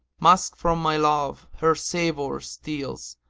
musk from my love her savour steals,